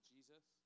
Jesus